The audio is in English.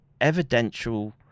evidential